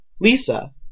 Lisa